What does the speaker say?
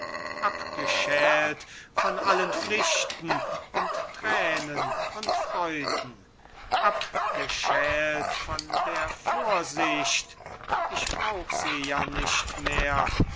von allen pflichten und thränen und freuden abgeschält von der vorsicht ich brauch sie ja nicht mehr